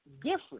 different